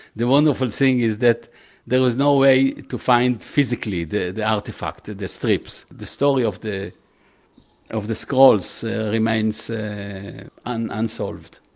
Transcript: the wonderful things is that there is no way to find physically the the artifacts, the strips. the story of the of the scrolls remains and unsolved.